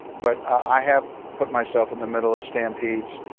but i have put myself in the middle of stampedes.